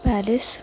Paris